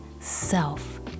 self